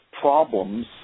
problems